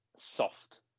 Soft